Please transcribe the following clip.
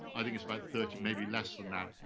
i think it's but maybe less than that.